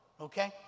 okay